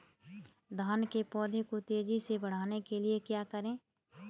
धान के पौधे को तेजी से बढ़ाने के लिए क्या करें?